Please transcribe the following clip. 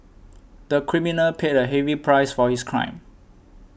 the criminal paid a heavy price for his crime